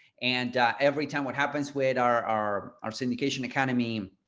and every time what happens with our our our syndication academy,